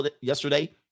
yesterday